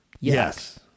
Yes